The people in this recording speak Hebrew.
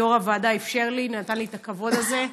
יו"ר הוועדה אפשר לי, נתן לי את הכבוד הזה.